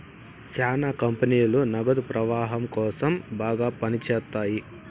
శ్యానా కంపెనీలు నగదు ప్రవాహం కోసం బాగా పని చేత్తాయి